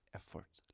effort